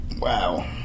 wow